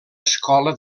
escola